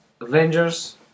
Avengers